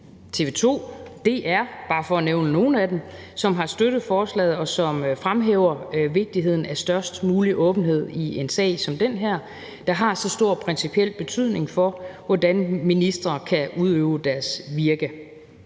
TV 2 og DR – bare for at nævne nogle af dem, som har støttet forslaget, og som fremhæver vigtigheden af størst mulig åbenhed i en sag som den her, der har så stor principiel betydning for, hvordan ministre kan udøve deres virke.